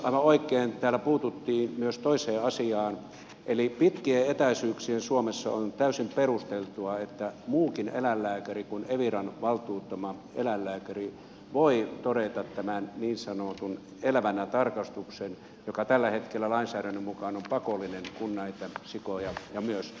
aivan oikein täällä puututtiin myös toiseen asiaan eli pitkien etäisyyksien suomessa on täysin perusteltua että muukin eläinlääkäri kuin eviran valtuuttama eläinlääkäri voi todeta tämän niin sanotun elävänä tarkastuksen joka tällä hetkellä lainsäädännön mukaan on pakollinen kun näitä sikoja ja myös